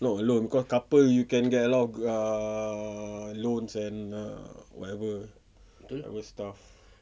not alone cause couple you can get a lot of err loans and err whatever other stuff